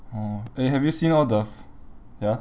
oh eh have you seen all the ya